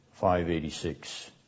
586